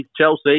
Chelsea